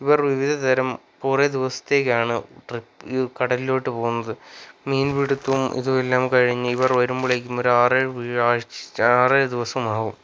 ഇവർ വിവിധതരം കുറേ ദിവസത്തേക്കാണ് കടലിലേക്ക് പോകുന്നത് മീൻപിടുത്തവും ഇതെല്ലാം കഴിഞ്ഞ് ഇവർ വരുമ്പോഴേക്കും ഒരു ആറേഴ് ദിവസമാകും